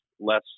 less